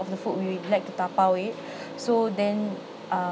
of the food we like to dabao it so then uh